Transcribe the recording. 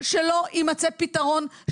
בשותפות המתמודדים,